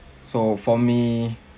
so for me